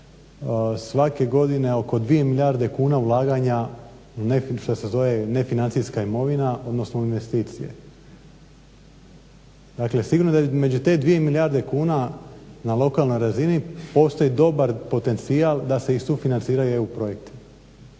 svake godine oko 2 milijarde kuna ulaganja u nešto što se zove nefinancijska imovina odnosno investicije. Dakle sigurno da među te dvije milijarde kuna na lokalnoj razini postoji dobar potencijal da se i sufinancira i EU projekt.